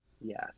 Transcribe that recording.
Yes